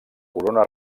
corona